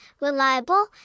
reliable